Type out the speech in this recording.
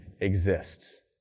exists